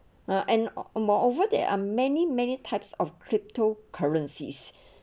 uh and or more over there are many many types of cryptocurrencies